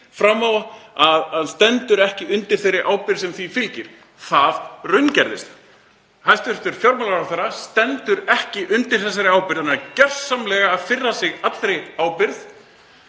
fram á að hann stendur ekki undir þeirri ábyrgð sem því fylgir. Það raungerðist. Hæstv. fjármálaráðherra stendur ekki undir þessari ábyrgð og hann er gjörsamlega að firra sig allri ábyrgð.